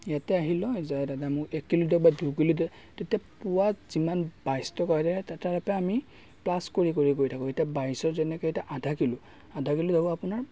ইয়াতে আহি লয় যে দাদা মোক এক কিলো দিয়ক বা দুই কিলো দিয়ক তেতিয়া পোৱাত যিমান বাইছ টকা হয় তাৰে পে' আমি প্লাছ কৰি কৰি গৈ থাকো এতিয়া বাইছৰ যেনেকে এতিয়া আধা কিলো আধা কিলো হ'ব আপোনাৰ